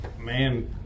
man